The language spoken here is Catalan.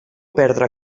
perdre